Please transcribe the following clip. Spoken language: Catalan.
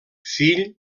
fill